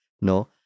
No